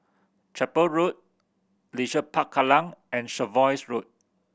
Chapel Road Leisure Park Kallang and Jervois Road